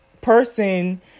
person